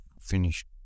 finished